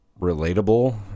relatable